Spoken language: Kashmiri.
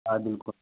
آ بِلکُل